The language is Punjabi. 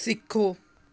ਸਿੱਖੋ